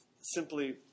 simply